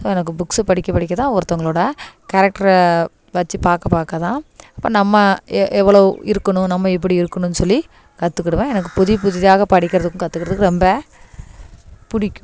so எனக்கு books படிக்க படிக்க தான் ஒருத்தவங்களோடய கேரெக்ட்ரை வச்சிப்பாக்க பார்க்க தான் இப்போ நம்ம ஏ எவ்வளோ இருக்கணும் நம்ம எப்படி இருக்கணும் சொல்லி கத்துக்கிடுவேன் எனக்கு புதிய புதிதாக படிக்கிறதுக்கும் கத்துக்கிட்றதுக்கும் ரொம்ப பிடிக்கும்